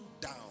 down